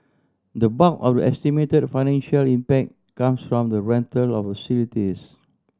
the bulk of the estimated financial impact comes from the rental of facilities